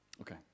Okay